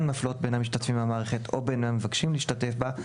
מפלות בין המשתתפים במערכת או בין המבקשים להשתתף בה,